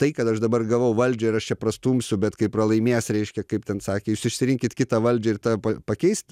tai kad aš dabar gavau valdžią ir aš čia pastumsiu bet kai pralaimės reiškia kaip ten sakė jūs išsirinkit kitą valdžią ir tą pa pakeist